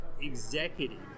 executive